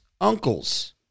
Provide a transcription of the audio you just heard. Uncles